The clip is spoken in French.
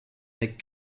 n’est